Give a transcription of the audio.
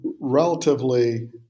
relatively